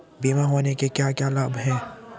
बीमा होने के क्या क्या लाभ हैं?